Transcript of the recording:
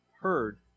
heard